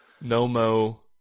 No-mo